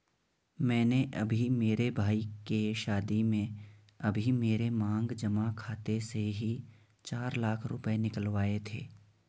मैंने अभी मेरे भाई के शादी में अभी मेरे मांग जमा खाते से ही चार लाख रुपए निकलवाए थे